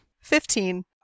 Fifteen